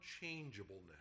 unchangeableness